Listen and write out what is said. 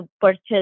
purchase